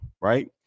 right